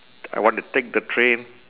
I want to take the train